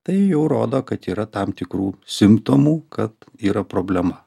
tai jau rodo kad yra tam tikrų simptomų kad yra problema